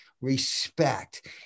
respect